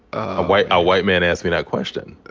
ah white ah white man asked me that question.